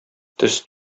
төз